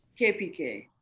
kpk